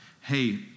hey